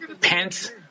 pants